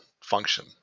function